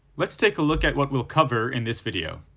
let's take a look at what we'll cover in this video.